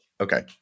Okay